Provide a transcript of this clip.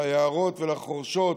ליערות ולחורשות,